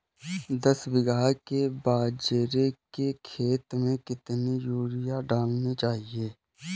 दस बीघा के बाजरे के खेत में कितनी यूरिया डालनी चाहिए?